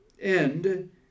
end